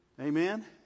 Amen